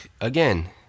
again